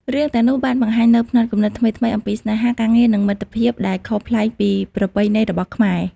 រឿងទាំងនោះបានបង្ហាញនូវផ្នត់គំនិតថ្មីៗអំពីស្នេហា ការងារ និងមិត្តភាពដែលខុសប្លែកពីប្រពៃណីរបស់ខ្មែរ។